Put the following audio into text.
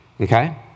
Okay